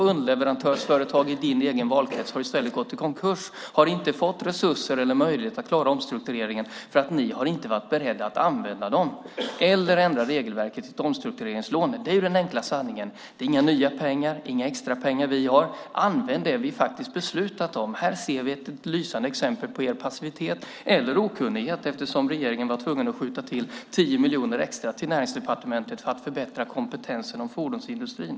Underleverantörsföretag i din egen valkrets har i stället gått i konkurs. De har inte fått resurser och möjlighet att klara omstruktureringen eftersom ni inte har varit beredda att använda pengarna eller ändra regelverket till ett omstruktureringslån. Det är den enkla sanningen. Det är inga nya eller extra pengar vi har. Använd det vi faktiskt har beslutat om! Här ser vi ett lysande exempel på er passivitet - eller okunnighet, eftersom regeringen var tvungen att skjuta till 10 miljoner extra till Näringsdepartementet för att förbättra kompetensen om fordonsindustrin.